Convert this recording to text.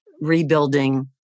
Rebuilding